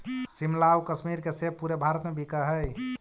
शिमला आउ कश्मीर के सेब पूरे भारत में बिकऽ हइ